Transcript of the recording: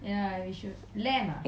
ya lamb is nice